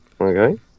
okay